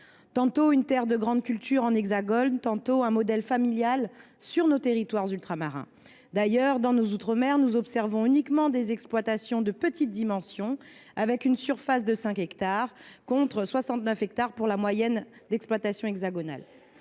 tantôt des terres de grandes cultures dans l’Hexagone, tantôt un modèle familial sur nos territoires ultramarins. D’ailleurs, dans nos outre mer, nous observons uniquement des exploitations de petite dimension, avec une surface moyenne de 5 hectares, contre 69 hectares pour la moyenne des exploitations hexagonales.